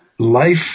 Life